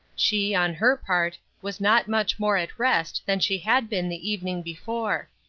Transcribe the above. she, on her part, was not much more at rest than she had been the evening before.